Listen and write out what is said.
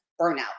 burnout